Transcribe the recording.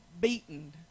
beaten